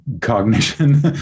cognition